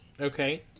Okay